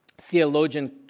Theologian